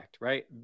right